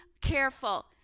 careful